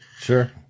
Sure